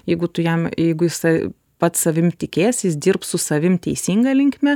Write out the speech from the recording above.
jeigu tu jam jeigu jisai pats savim tikės jis dirbs su savim teisinga linkme